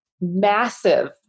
massive